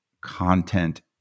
content